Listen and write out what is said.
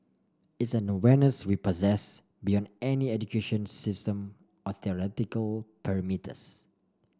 it's an awareness we possess beyond any education system or theoretical perimeters